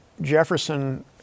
Jefferson